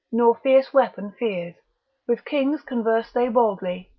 nor fierce weapons fears with kings converse they boldly,